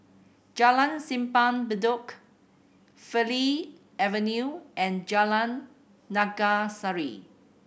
Jalan Simpang Bedok Farleigh Avenue and Jalan Naga Sari